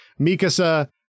mikasa